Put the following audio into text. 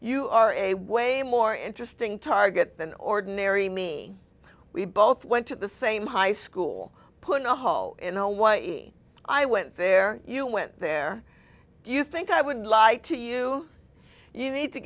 you are in a way more interesting target than ordinary me we both went to the same high school put a hall in hawaii i went there you went there you think i would lie to you you need to